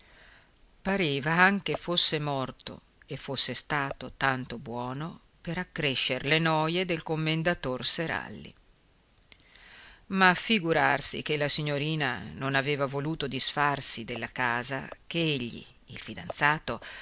pareva anche fosse morto e fosse stato tanto buono per accrescer le noje del commendator seralli ma figurarsi che la signorina non aveva voluto disfarsi della casa che egli il fidanzato